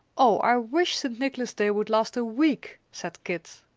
oh, i wish st. nicholas day would last a week, said kit.